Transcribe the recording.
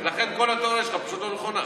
ולכן כל התיאוריה שלך פשוט לא נכונה.